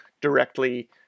directly